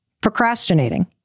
procrastinating